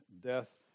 death